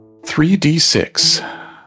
3d6